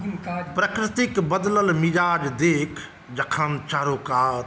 प्रकृति के बदलल मिजाज देख जखन चारूकात